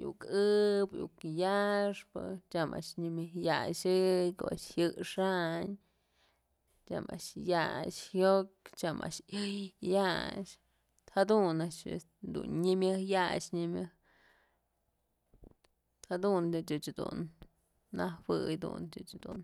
yuk ëbëiuk yaxpë tyam a'ax nyëmëj yaxë ko'o a'ax jyëxayntyam a'ax ya'ay jyok, tyam a'ax yëy ya'ax jadun a'ax este dun nya mëjyaxë nyëmëj jadun dën ëch dun najuëy dun ëch jedun.